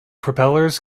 propellers